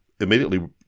immediately